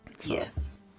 Yes